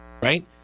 Right